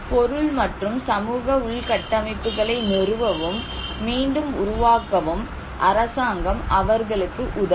பொருள் மற்றும் சமூக உள்கட்டமைப்புகளை நிறுவவும் மீண்டும் உருவாக்கவும் அரசாங்கம் அவர்களுக்கு உதவும்